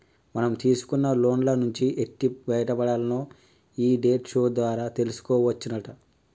మనం తీసుకున్న లోన్ల నుంచి ఎట్టి బయటపడాల్నో ఈ డెట్ షో ద్వారా తెలుసుకోవచ్చునట